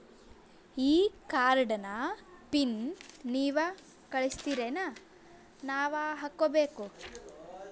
ಈ ಕಾರ್ಡ್ ನ ಪಿನ್ ನೀವ ಕಳಸ್ತಿರೇನ ನಾವಾ ಹಾಕ್ಕೊ ಬೇಕು?